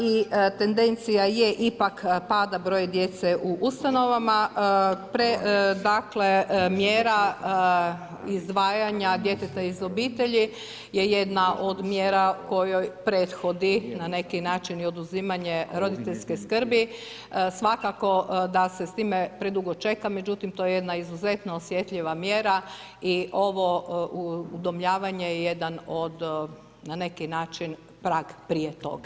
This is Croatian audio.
I tendencija je ipak pada broja djece u ustanovama, dakle, mjera izdvajanja djeteta iz obitelji je jedna od mjera, kojoj prethodi, na neki način oduzimanje roditeljske skrbi svakako da se s time predugo čeka, međutim to je jedna izuzetno osjetljiva mjera i ovo udomljavanje je jedan od, na neki način prag prije toga.